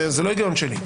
זה לא ההיגיון שלי.